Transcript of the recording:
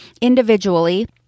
individually